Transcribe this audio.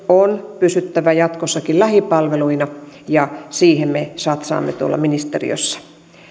on pysyttävä jatkossakin lähipalveluina ja siihen me satsaamme tuolla ministeriössä